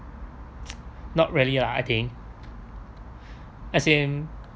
not really lah I think as in